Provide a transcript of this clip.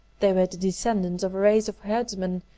they were the descendants of a race of herdsmen,